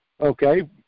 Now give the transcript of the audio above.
okay